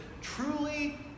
truly